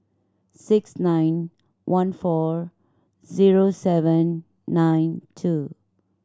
six nine one four zero seven nine two